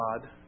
God